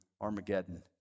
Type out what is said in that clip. Armageddon